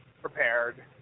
prepared